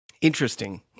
Interesting